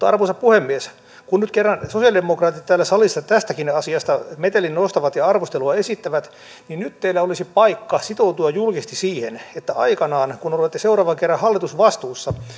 arvoisa puhemies kun nyt kerran sosialidemokraatit täällä salissa tästäkin asiasta metelin nostavat ja arvostelua esittävät niin nyt teillä olisi paikka sitoutua julkisesti siihen että aikanaan kun olette seuraavan kerran hallitusvastuussa